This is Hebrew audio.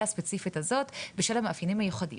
הספציפית הזו בשל המאפיינים הייחודים.